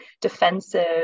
defensive